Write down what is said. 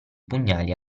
pugnali